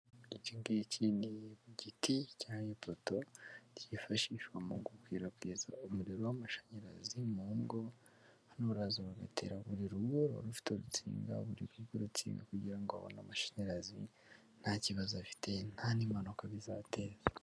Iki ngiki ni igiti, cyangwa ipoto, cyifashishwa mu gukwirakwiza umuriro w'amashanyarazi mu ngo, hano baraza bagatera, buri rugo ruba rufite urutsinga, buri rugo urutsinga kugira ngo babone amashanyarazi, nta kibazo afite, nta n'impanuka bizateza.